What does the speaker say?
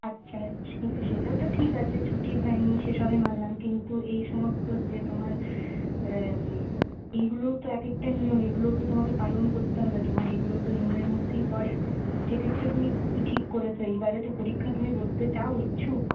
আচ্ছা সে সেটা তো ঠিক আছে ছুটি হয়নি সে সবই মানলাম কিন্তু এই সমস্ত যে তোমার এইগুলোও তো এক একটা নিয়ম এইগুলোও তো তোমাকে পালন করতে হবে তোমার এইগুলোও তো নিয়মের মধ্যেই পড়ে সে ক্ষেত্রে তুমি কি ঠিক করেছো এইবারেতে পরীক্ষা তুমি বসতে চাও ইচ্ছুক